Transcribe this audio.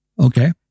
Okay